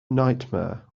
nightmare